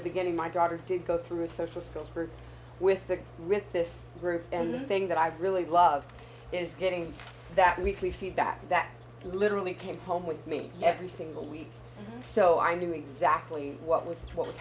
the beginning my daughter did go through social schools for with the with this group and the thing that i really love is getting that weekly feedback that literally came home with me every single week so i knew exactly what was what was